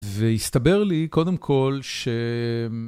והסתבר לי קודם כל ש...